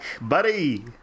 buddy